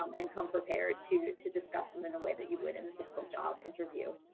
um and come prepared to to discuss them in a way that you would in a typical job interview.